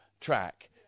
track